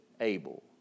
able